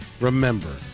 remember